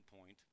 point